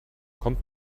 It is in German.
kommt